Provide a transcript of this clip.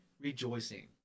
rejoicing